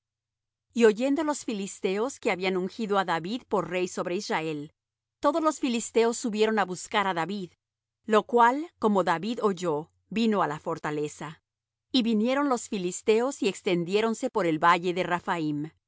y oyendo los filisteos que habían ungido á david por rey sobre israel todos los filisteos subieron á buscar á david lo cual como david oyó vino á la fortaleza y vinieron los filisteos y extendiéronse por el valle de